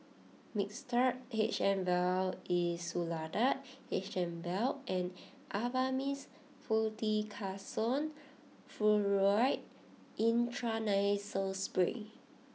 Mixtard H M Vial Insulatard H M Vial and Avamys Fluticasone Furoate Intranasal Spray